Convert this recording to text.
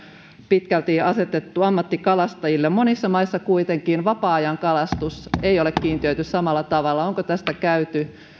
pitkälti asetettu ammattikalastajille monissa maissa kuitenkin vapaa ajankalastus ei ole kiintiöity samalla tavalla onko tästä käyty